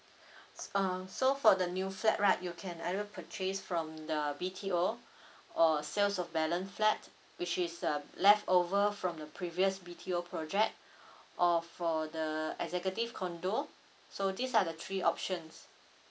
s~ um so for the new flat right you can either purchase from the B_T_O or sales of balance flat which is um left over from the previous B_T_O project or for the executive condo so these are the three options